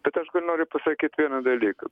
bet aš noriu pasakyt vieną dalyką